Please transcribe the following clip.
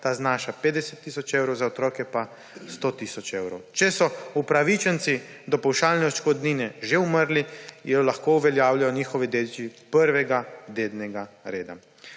ta znaša 50 tisoč evrov, za otroke pa 100 tisoč evrov. Če so upravičenci do pavšalne odškodnine že umrli, jo lahko uveljavijo njihovi dediči prvega dednega reda.